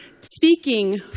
speaking